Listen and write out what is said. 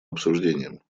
обсуждениям